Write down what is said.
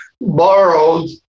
borrowed